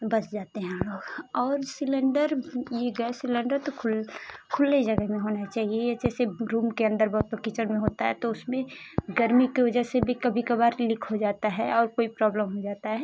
बच जाते हैं हम लोग और सिलेंडर ये गैस सिलेंडर तो खुल खुली जगह में होना चाहिए या जैसे रूम के अंदर बहुत लोग किचन में होता है तो उसमें गर्मी की वजा से बी कभी कबार लीक हो जाता है और कोई प्रॉब्लम हो जाता है